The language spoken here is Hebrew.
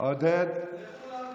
לכו לעבוד.